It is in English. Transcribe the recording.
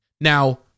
Now